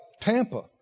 Tampa